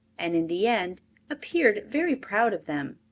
and in the end appeared very proud of them.